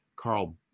Carl